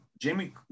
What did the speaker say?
Jamie